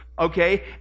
Okay